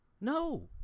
No